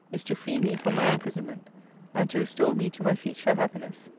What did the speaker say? is to free me from my imprisonment and to restore me to my future happiness.